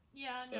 yeah,